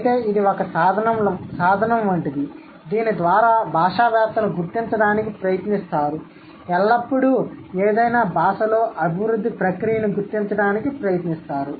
అయితే ఇది ఒక సాధనం వంటిది దీని ద్వారా భాషావేత్తలు గుర్తించడానికి ప్రయత్నిస్తారు ఎల్లప్పుడూ ఏదైనా భాషలో అభివృద్ధి ప్రక్రియను గుర్తించడానికి ప్రయత్నిస్తారు